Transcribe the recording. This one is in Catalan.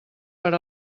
per